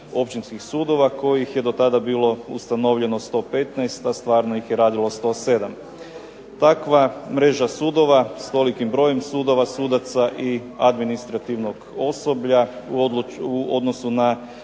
općinskih sudova kojih je do tada bilo ustanovljeno 115, a stvarno ih je radilo 107. Takva mreža sudova s tolikim brojem sudova sudaca i administrativnog osoblja u odnosu na